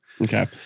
Okay